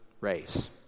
race